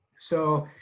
so,